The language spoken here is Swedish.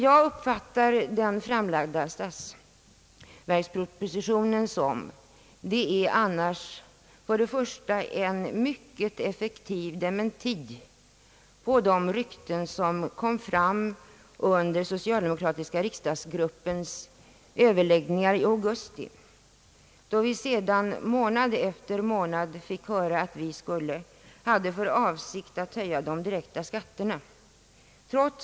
Jag uppfattar den framlagda statsverkspropositionen som en mycket effektiv dementi mot de rykten, som kom augusti. Ryktet gjorde månad efter månad gällande trots uttryckliga dementier att vi hade för avsikt att höja de direkta skatterna.